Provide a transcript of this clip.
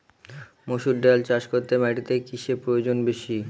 মুসুর ডাল চাষ করতে মাটিতে কিসে প্রয়োজন বেশী?